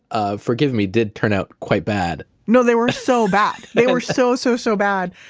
ah forgive me, did turn out quite bad no, they were so bad. they were so, so, so bad.